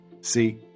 See